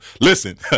Listen